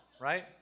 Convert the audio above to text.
right